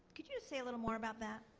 could you just say a little more about that?